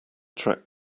track